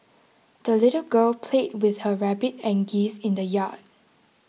the little girl played with her rabbit and geese in the yard